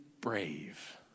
Brave